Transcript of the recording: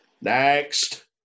Next